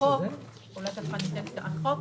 החוק